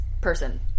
person